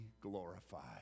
glorified